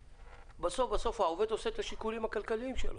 בסוף בסוף העובד עושה את השיקולים הכלכליים שלו.